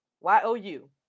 Y-O-U